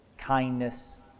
Kindness